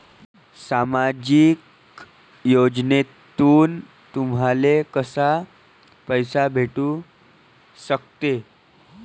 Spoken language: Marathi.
सामाजिक योजनेतून तुम्हाले कसा पैसा भेटू सकते?